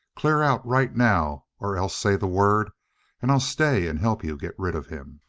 clear out right now, or else say the word and i'll stay and help you get rid of him.